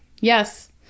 Yes